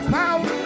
power